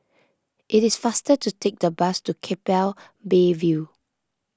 it is faster to take the bus to Keppel Bay View